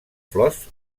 flors